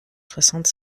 soixante